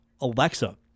Alexa